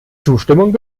zustimmung